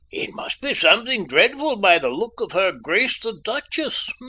it must be something dreadful by the look of her grace the duchess.